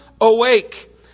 awake